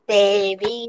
Baby